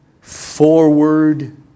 forward